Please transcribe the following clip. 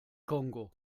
kongo